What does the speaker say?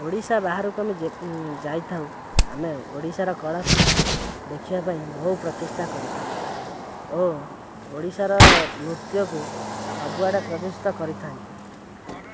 ଓଡ଼ିଶା ବାହାରକୁ ଆମେ ଯାଇଥାଉ ଆମେ ଓଡ଼ିଶାର କଳାକୁ ଦେଖିବା ପାଇଁ ବହୁ ପ୍ରଚେଷ୍ଟା କରିଥାଉ ଓ ଓଡ଼ିଶାର ନୃତ୍ୟକୁ ସବୁଆଡ଼େ ପ୍ରଦର୍ଶିତ କରିଥାନ୍ତି